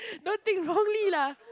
don't think wrongly lah